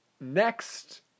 next